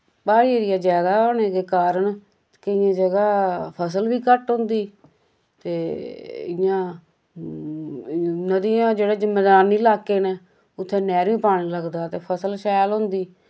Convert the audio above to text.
प्हाड़ी एरिया जैदा होने दे कारण केइयें जगाह् फसल वी घट्ट होंदी ते इंयां इ'यां नदियां जेह्दे च मदानी लाक्के न उत्थै नैह्री पानी लगदा ते फसल शैल होंदी